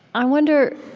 i wonder